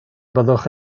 byddwch